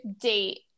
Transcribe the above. date